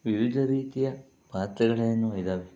ವಿವಿಧ ರೀತಿಯ ಪಾತ್ರೆಗಳೇನೋ ಇದ್ದಾವೆ